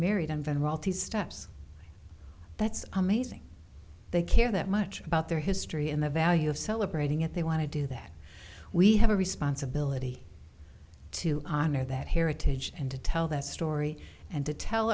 married and then royalty stops that's amazing they care that much about their history and the value of celebrating it they want to do that we have a responsibility to honor that heritage and to tell that story and to tell